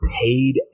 paid